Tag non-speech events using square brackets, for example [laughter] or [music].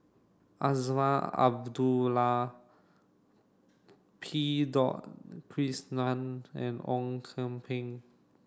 Azman Abdullah P [unintelligible] and Ong Kian Peng